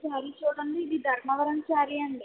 ఈ శారీ చూడండి ఇది ధర్మవరం శారీ అండి